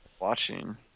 Watching